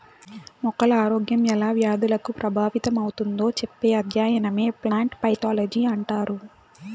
మొక్కల ఆరోగ్యం ఎలా వ్యాధులకు ప్రభావితమవుతుందో చెప్పే అధ్యయనమే ప్లాంట్ పైతాలజీ అంటారు